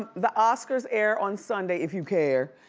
the oscars air on sunday, if you care,